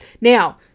Now